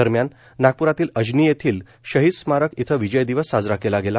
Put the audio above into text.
दरम्यान नागप्रातील अजनी येथील शहीद स्मारक इथं विजय दिवस साजरा केला गेला